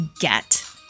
get